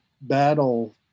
battle